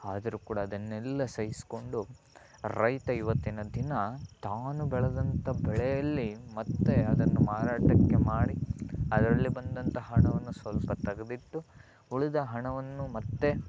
ಆದರೂ ಕೂಡ ಅದನ್ನೆಲ್ಲ ಸಹಿಸ್ಕೊಂಡು ರೈತ ಇವತ್ತಿನ ದಿನ ತಾನು ಬೆಳೆದಂಥಾ ಬೆಳೆಯಲ್ಲಿ ಮತ್ತೆ ಅದನ್ನು ಮಾರಾಟಕ್ಕೆ ಮಾರಿ ಅದರಲ್ಲಿ ಬಂದಂಥಾ ಹಣವನ್ನು ಸ್ವಲ್ಪ ತೆಗೆದಿಟ್ಟು ಉಳಿದ ಹಣವನ್ನು ಮತ್ತೆ